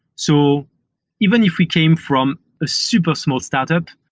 so even if we came from a super small startup,